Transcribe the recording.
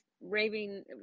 raving